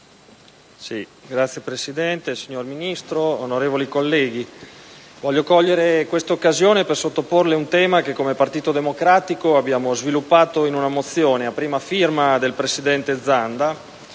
Signora Presidente, signor Ministro, onorevoli colleghi, voglio cogliere quest'occasione per sottoporre un tema che, come Partito Democratico, abbiamo sviluppato in una mozione a prima firma del presidente Zanda,